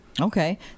Okay